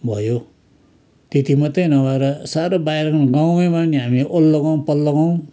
भयो त्यति मात्रै नभएर साह्रो बाहिरको पनि गाँवैमा नि हामी वल्लो गाउँ पल्लो गाउँ